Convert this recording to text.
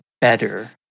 better